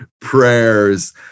prayers